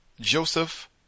Joseph